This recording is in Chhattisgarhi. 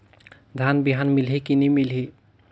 धान बिहान मिलही की नी मिलही?